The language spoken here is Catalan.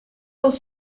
els